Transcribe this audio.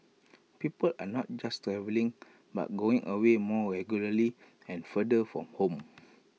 people are not just travelling but going away more regularly and farther from home